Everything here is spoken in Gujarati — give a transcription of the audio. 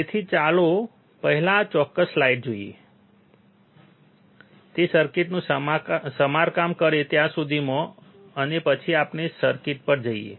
તેથી ચાલો પહેલા આ ચોક્કસ સ્લાઇડ જોઈએ તે સર્કિટનું સમારકામ કરે ત્યાં સુધીમાં અને પછી આપણે સર્કિટ પર જઈએ